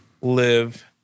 live